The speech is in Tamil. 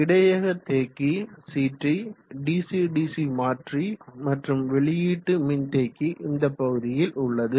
இடையக மின்தேக்கி CT டிசி டிசி மாற்றி மற்றும் வெளியீட்டு மின்தேக்கி இந்த பகுதியில் உள்ளது